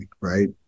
right